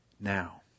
Now